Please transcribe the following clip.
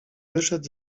wyszedł